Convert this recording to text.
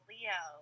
Leo